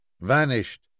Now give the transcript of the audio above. vanished